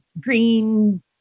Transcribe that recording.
green